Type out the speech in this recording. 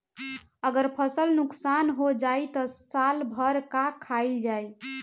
अगर फसल नुकसान हो जाई त साल भर का खाईल जाई